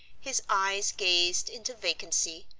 his eyes gazed into vacancy,